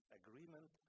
agreement